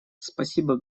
спасибо